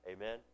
Amen